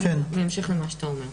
בהמשך למה שאתה אומר,